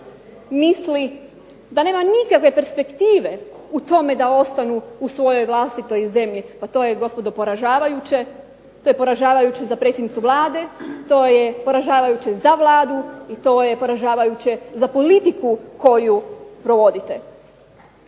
misli da nema nikakve perspektive u tome da ostanu u svojoj vlastitoj zemlji. Pa to je gospodo poražavajuće, to je poražavajuće za predsjednicu Vlade, to je poražavajuće za Vladu i to je poražavajuće za politiku koju provodite.